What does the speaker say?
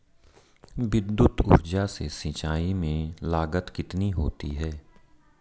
विद्युत ऊर्जा से सिंचाई में लागत कितनी होती है?